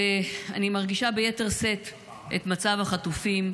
ואני מרגישה ביתר שאת את מצב החטופים,